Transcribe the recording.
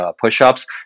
push-ups